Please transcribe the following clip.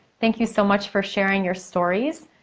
thank you so much for sharing your stories.